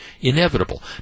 inevitable